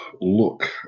look